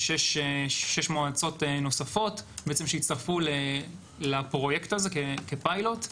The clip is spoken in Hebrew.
להוספת שש מועצות נוספות שיצטרפו לפרויקט הזה כפיילוט.